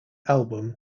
album